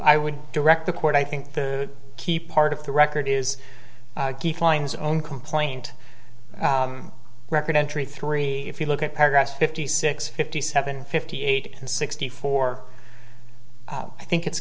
i would direct the court i think the key part of the record is klein's own complaint record entry three if you look at paragraph fifty six fifty seven fifty eight and sixty four i think it's